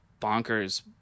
bonkers